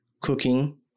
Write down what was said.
cooking